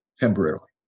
temporarily